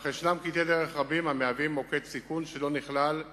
אך יש קטעי דרך רבים המהווים מוקדי סיכון שלא נכללו